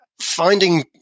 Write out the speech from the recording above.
finding